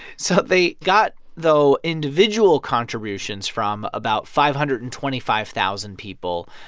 so they got, though, individual contributions from about five hundred and twenty five thousand people.